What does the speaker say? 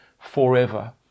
forever